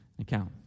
account